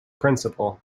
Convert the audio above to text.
principle